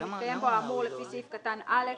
מתקיים בו האמור לפי סעיף קטן (א),